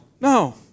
no